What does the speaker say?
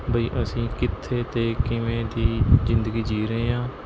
ਬਈ ਅਸੀਂ ਕਿੱਥੇ ਅਤੇ ਕਿਵੇਂ ਦੀ ਜ਼ਿੰਦਗੀ ਜੀ ਰਹੇ ਹਾਂ